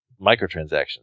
microtransactions